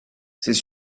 c’est